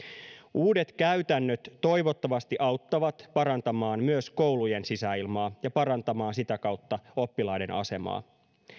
uudet käytännöt toivottavasti auttavat parantamaan myös koulujen sisäilmaa ja parantamaan sitä kautta oppilaiden asemaa